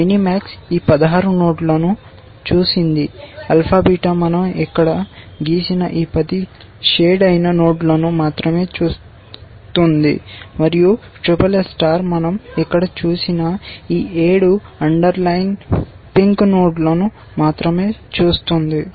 mini max ఈ 16 నోడ్లను చూసింది ఆల్ఫా బీటా మన০ ఇక్కడ గీసిన ఈ 10 షేడ్ చేయని నోడ్లను మాత్రమే చూస్తుంది మరియు SSS SSS స్టార్ మన০ ఇక్కడ చూసిన ఈ 7 అండర్లైన్ పింక్ నోడ్లను మాత్రమే చూస్తు০దీ